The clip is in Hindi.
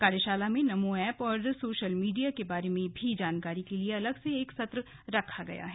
कार्यशाला में नमो ऐप और सोशल मीडिया के बारे में भी जानकारी के लिए अलग से एक सत्र रखा गया है